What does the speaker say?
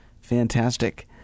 Fantastic